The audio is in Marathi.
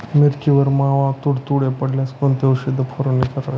मिरचीवर मावा, तुडतुडे पडल्यास कोणती औषध फवारणी करावी?